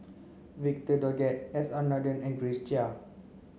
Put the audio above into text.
Victor Doggett S R Nathan and Grace Chia